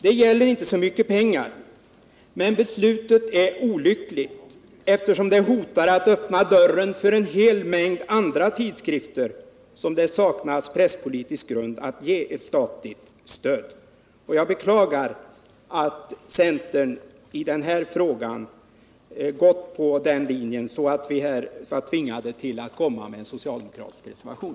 Det gäller inte så mycket pengar, men beslutet är olyckligt eftersom det hotar att öppna dörren för en hel mängd andra tidskrifter som det saknas presspolitisk grund att ge ett statligt stöd. Jag beklagar att centern i den här frågan följt den linjen, så att socialdemokraterna här varit tvingade att avge en reservation.